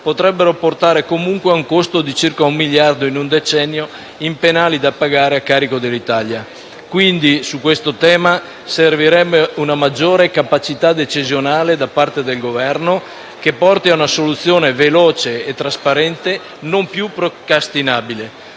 potrebbero portare comunque a un costo di circa un miliardo in un decennio in penali da pagare a carico dell'Italia. Quindi su questo tema servirebbe una maggiore capacità decisionale da parte del Governo, che porti a una soluzione veloce e trasparente non più procrastinabile.